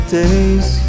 days